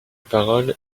parole